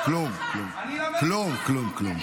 כלום, כלום, כלום.